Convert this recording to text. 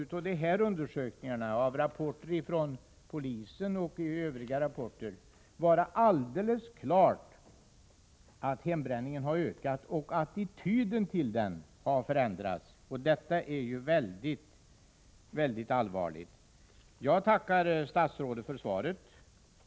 Men av dessa undersökningar och av rapporter från polisen och från annat håll framgår alldeles klart att hembränningen har ökat och att attityden till hembränningen har förändrats. Detta är väldigt allvarligt. Jag tackar statsrådet för svaret.